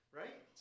right